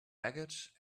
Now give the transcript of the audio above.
baggage